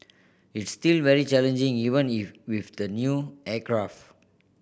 it's still very challenging even if with the new aircraft